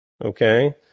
okay